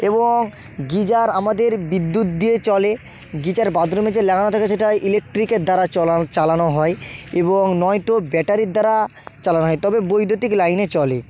এবং গিজার আমাদের বিদ্যুৎ দিয়ে চলে গিজার বাথরুমে যে লাগানো থাকে সেটা ইলেকট্রিকের দ্বারা চালানো হয় এবং নয়তো ব্যাটারির দ্বারা চালানো হয় তবে বৈদ্যুতিক লাইনে চলে